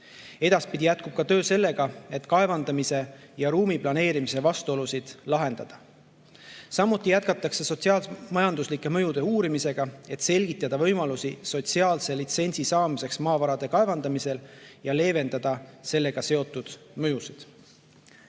Edaspidi jätkub töö ka sellega, et kaevandamise ja ruumiplaneerimise vastuolusid lahendada. Samuti jätkatakse sotsiaal-majanduslike mõjude uurimist, et selgitada võimalusi sotsiaalse litsentsi saamiseks maavarade kaevandamisel ja leevendada sellega seotud mõjusid.